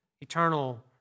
eternal